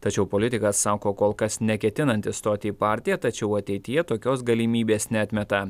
tačiau politikas sako kol kas neketinantis stoti į partiją tačiau ateityje tokios galimybės neatmeta